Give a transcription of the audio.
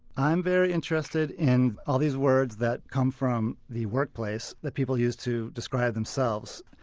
i'm very interested in all these words that come from the workplace that people use to describe themselves.